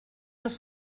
els